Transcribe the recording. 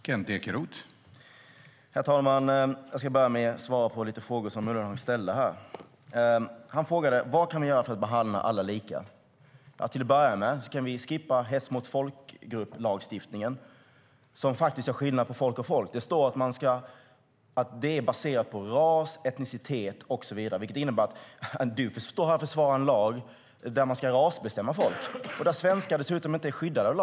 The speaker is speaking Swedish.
Herr talman! Jag ska börja med att svara på några frågor som Ullenhag ställde. Han frågade vad vi kan göra för att behandla alla lika. Till att börja med kan vi skippa lagstiftningen om hets mot folkgrupp som faktiskt gör skillnad på folk och folk. Det står att det är baserat på ras, etnicitet och så vidare, vilket innebär att du står här och försvarar en lag där man ska rasbestämma folk och som svenskar dessutom inte är skyddade av.